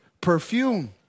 perfume